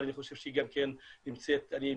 אבל אני חושב שגם היא נמצאת במשולש,